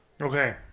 Okay